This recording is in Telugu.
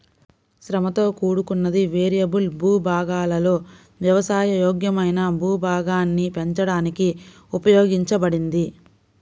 శ్రమతో కూడుకున్నది, వేరియబుల్ భూభాగాలలో వ్యవసాయ యోగ్యమైన భూభాగాన్ని పెంచడానికి ఉపయోగించబడింది